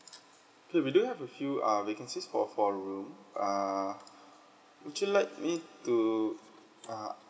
K we do have a few uh vacancies for four room err would you like me to uh